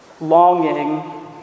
Longing